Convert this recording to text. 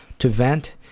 to vent,